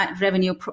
revenue